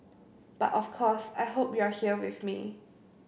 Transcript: but of course I hope you're here with me